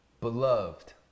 Beloved